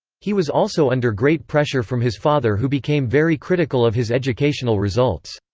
he was also under great pressure from his father who became very critical of his educational results.